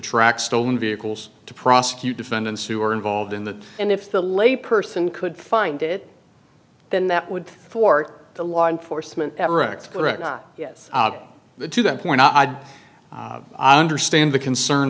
track stolen vehicles to prosecute defendants who are involved in that and if the layperson could find it then that would for the law enforcement at ricks correct not yes the to that point i'd understand the concern